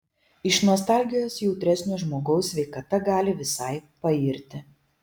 iš nostalgijos jautresnio žmogaus sveikata gali visai pairti